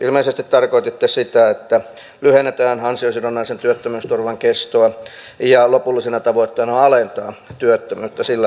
ilmeisesti tarkoititte sitä että lyhennetään ansiosidonnaisen työttömyysturvan kestoa ja lopullisena tavoitteena on alentaa työttömyyttä sillä tavoin